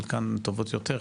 חלקן טובות יותר,